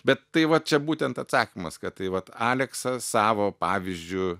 bet tai va čia būtent atsakymas kad tai vat aleksas savo pavyzdžiu